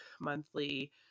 monthly